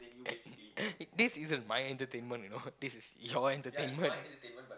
this isn't my entertainment you know this is your entertainment